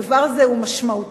הדבר הזה הוא משמעותי,